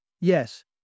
Yes